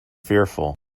fearful